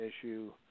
issue